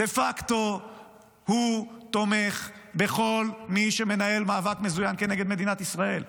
דה פקטו הוא תומך בכל מי שמנהל מאבק מזוין כנגד מדינת ישראל.